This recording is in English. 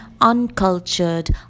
uncultured